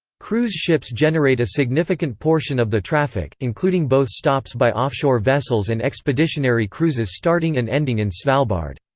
cruise ships generate a significant portion of the traffic, including both stops by offshore vessels and expeditionary cruises starting and ending in svalbard.